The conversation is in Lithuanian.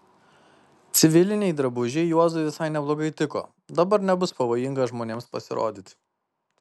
civiliniai drabužiai juozui visai neblogai tiko dabar nebus pavojinga žmonėms pasirodyti